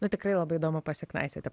nu tikrai labai įdomu pasiknaisioti